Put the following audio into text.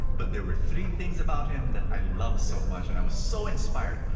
but there were three things about him that i loved so much and i was so inspired.